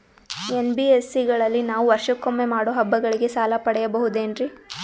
NBSC ಗಳಲ್ಲಿ ನಾವು ವರ್ಷಕೊಮ್ಮೆ ಮಾಡೋ ಹಬ್ಬಗಳಿಗೆ ಸಾಲ ಪಡೆಯಬಹುದೇನ್ರಿ?